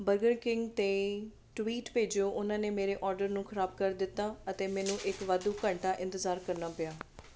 burger King 'ਤੇ tweet ਭੇਜੋ ਉਨ੍ਹਾਂ ਨੇ ਮੇਰੇ ਓਰਡਰ ਨੂੰ ਖਰਾਬ ਕਰ ਦਿੱਤਾ ਅਤੇ ਮੈਨੂੰ ਇੱਕ ਵਾਧੂ ਘੰਟਾ ਇੰਤਜ਼ਾਰ ਕਰਨਾ ਪਿਆ